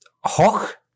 hoch